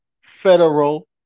Federal